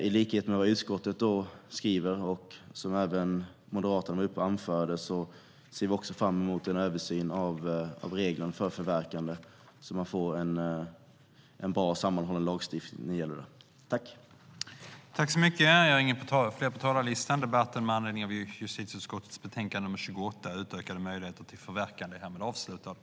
I likhet med vad utskottet skriver och Moderaterna här anförde ser vi fram emot en översyn av reglerna för förverkande så att man får en bra och sammanhållen lagstiftning när det gäller det här. Utökade möjligheter till förverkande